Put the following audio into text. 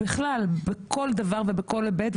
בכלל בכל דבר ובכל היבט,